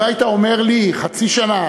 אם היית אומר לי: חצי שנה,